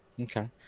Okay